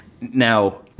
Now